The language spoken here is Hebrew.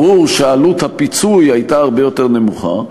ברור שעלות הפיצוי הייתה יותר נמוכה,